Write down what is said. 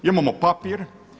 Imamo papir.